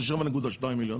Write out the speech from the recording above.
זה 7.2 מיליון.